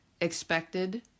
expected